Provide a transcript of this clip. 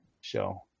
show